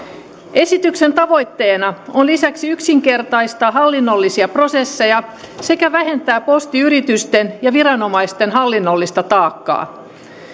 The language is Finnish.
esityksen tavoitteena on lisäksi yksinkertaistaa hallinnollisia prosesseja sekä vähentää postiyritysten ja viranomaisten hallinnollista taakkaa